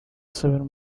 seven